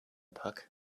puck